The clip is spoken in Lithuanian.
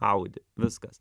audi viskas